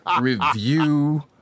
review